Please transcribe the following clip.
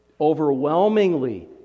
overwhelmingly